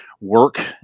work